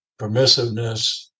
permissiveness